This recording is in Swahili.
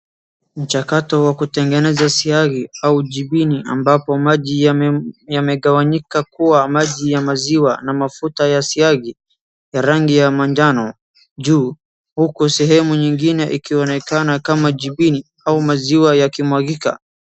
Mchakato wa kutengeeza siagi au jimini ambapo maji yamegawanyika kuwa maji ya maziwa na mafuta ya siagi na rangi ya manjano juu, huku sehemu nyingine ikionekana kama jimini au maziwa yakimwagika